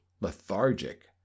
lethargic